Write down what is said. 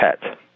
pet